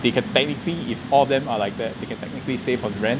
they can technically if all of them are like that they can technically save on rent